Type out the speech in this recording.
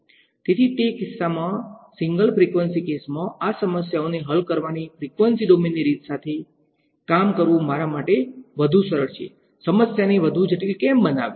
તેથી તે કિસ્સામાં સિંગલ ફ્રીક્વન્સી કેસમાં આ સમસ્યાઓને હલ કરવાની ફ્રીક્વન્સી ડોમેનની રીત સાથે કામ કરવું મારા માટે વધુ સારું છે સમસ્યાને વધુ જટિલ કેમ બનાવવી